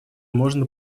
можно